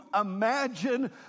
imagine